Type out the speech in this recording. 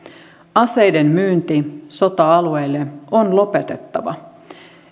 aseiden myynti sota alueille on lopetettava